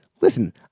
Listen